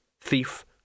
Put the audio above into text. thief